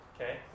okay